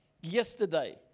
yesterday